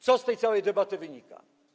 Co z tej całej debaty wynika?